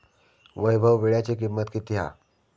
वैभव वीळ्याची किंमत किती हा?